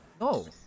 No